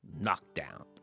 knockdown